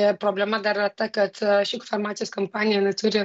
ir problema dar yra ta kad ši farmacijos kompanija jinai turi